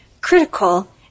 Critical